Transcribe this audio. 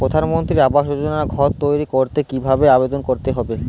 প্রধানমন্ত্রী আবাস যোজনায় ঘর তৈরি করতে কিভাবে আবেদন করতে হবে?